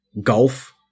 golf